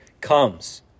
comes